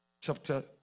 chapter